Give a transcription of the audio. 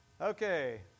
okay